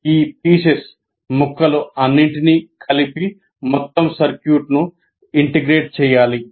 ఈ ముక్కలు అన్నింటినీ కలిపి మొత్తం సర్క్యూట్ ను ఇంటిగ్రేట్ చేయాలి